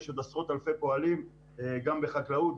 יש עוד עשרות אלפי פועלים גם בחקלאות,